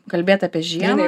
kalbėt apie žiemą